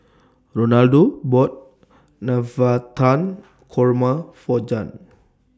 Ronaldo bought Navratan Korma For Jann